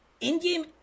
in-game